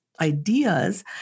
ideas